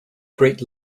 great